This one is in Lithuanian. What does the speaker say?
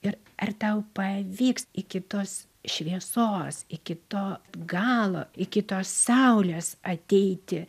ir ar tau pavyks iki tos šviesos iki to galo iki tos saulės ateiti